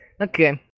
Okay